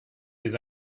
les